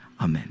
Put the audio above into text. Amen